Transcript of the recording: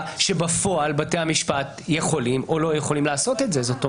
שבפועל בתי המשפט יכולים או לא יכולים לעשו את זה.